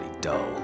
dull